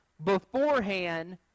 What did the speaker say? beforehand